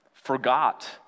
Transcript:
forgot